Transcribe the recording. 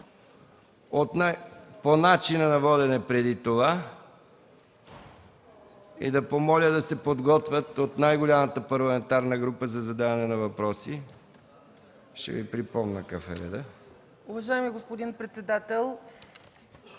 по начина на водене. Да помоля да се подготвят от най-голямата парламентарна група за задаване на въпроси. Ще Ви припомня какъв е редът.